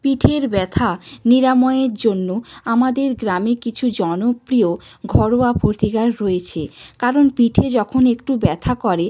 পিঠের ব্যথা নিরাময়ের জন্য আমাদের গ্রামে কিছু জনপ্রিয় ঘরোয়া প্রতিকার রয়েছে কারণ পিঠে যখন একটু ব্যথা করে